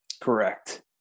Correct